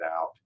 out